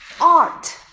Art